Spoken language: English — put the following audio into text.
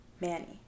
Manny